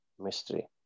mystery